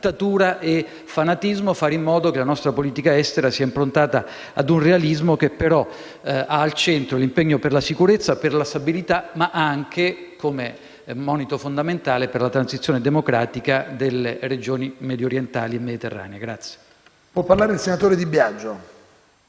e fanatismo, fare in modo che la nostra politica estera sia improntata a un realismo che, però, abbia al centro l'impegno per la sicurezza e la stabilità, ma anche, come monito fondamentale, per la transizione democratica delle regioni mediorientali e mediterranee. [DI